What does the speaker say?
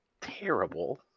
terrible